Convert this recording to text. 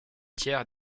tiers